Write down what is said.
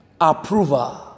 approval